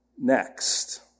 Next